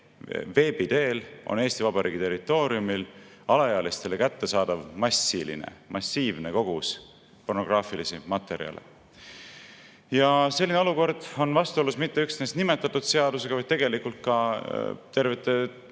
veebi teel Eesti Vabariigi territooriumil alaealistele kättesaadav massiivne kogus pornograafilisi materjale. Selline olukord on vastuolus mitte üksnes nimetatud seadusega, vaid tegelikult ka terve rea